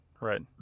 Right